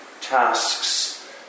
tasks